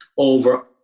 over